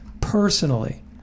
Personally